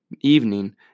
evening